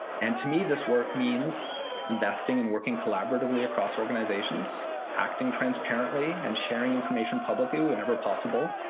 and to me, this work means investing and working collaboratively across organizations, acting transparently and sharing information publicly whenever possible,